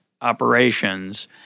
operations –